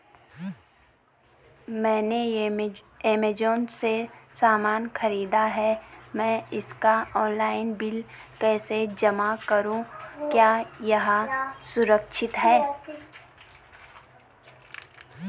मैंने ऐमज़ान से सामान खरीदा है मैं इसका ऑनलाइन बिल कैसे जमा करूँ क्या यह सुरक्षित है?